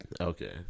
Okay